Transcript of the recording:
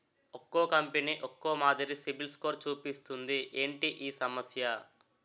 ఒక్కో కంపెనీ ఒక్కో మాదిరి సిబిల్ స్కోర్ చూపిస్తుంది ఏంటి ఈ సమస్య?